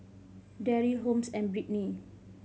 Darryl Holmes and Brittney